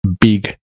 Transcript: big